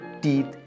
teeth